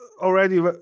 already